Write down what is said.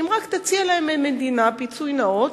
אם רק תציע להם המדינה פיצוי נאות,